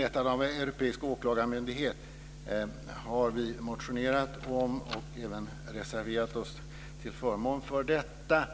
jag ta upp frågan om inrättande av en europeisk åklagarmyndighet. Vi har motionerat om det och reserverat oss till förmån för det.